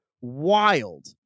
wild